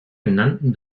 genannten